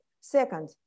Second